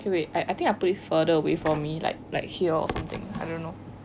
okay wait I I think I'll put it further away from me like like here or something I don't know